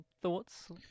thoughts